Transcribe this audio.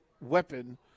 weapon